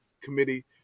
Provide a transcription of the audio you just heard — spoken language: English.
committee